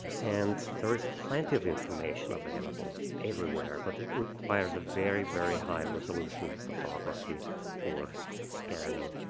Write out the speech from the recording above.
and there is plenty of information available everywhere, but it requires a very, very high resolution photography or scanning.